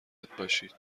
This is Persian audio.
باشید